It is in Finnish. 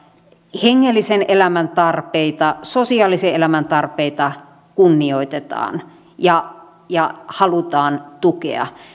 hengellisen elämän tarpeita sosiaalisen elämän tarpeita kunnioitetaan ja ja halutaan tukea